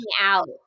out